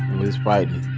was frightening.